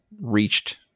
reached